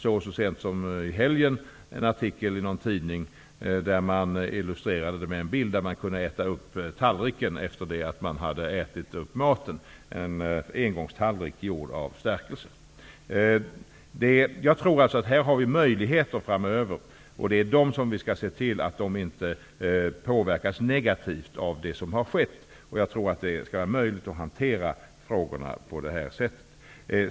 Så sent som i helgen såg jag en artikel i någon tidning där man illustrerade att man kunde äta upp tallriken efter det att man hade ätit upp maten. Det var fråga om en engångstallrik gjord av stärkelse. Jag tror att vi här har möjligheter framöver. Vi måste se till att dessa möjligheter inte påverkas negativt av det som har skett. Jag tror att det skall vara möjligt att hantera frågorna på det här sättet.